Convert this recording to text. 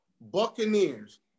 Buccaneers